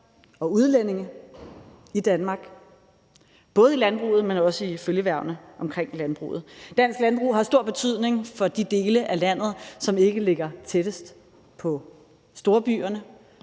og udlændinge i Danmark, både i landbruget, men også i følgeerhvervene omkring landbruget. Dansk landbrug har stor betydning for de dele af landet, som ikke ligger tættest på storbyerne,